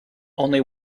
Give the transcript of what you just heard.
only